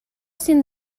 sin